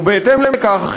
ובהתאם לכך,